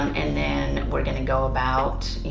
and then we're gonna go about, you